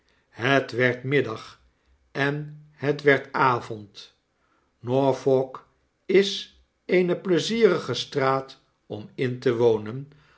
het werd mid dag en het werd avond norfolk is eene pleizierige straat om in te wonen